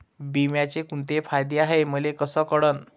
बिम्याचे कुंते फायदे हाय मले कस कळन?